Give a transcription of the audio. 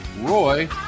Roy